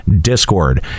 Discord